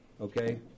Okay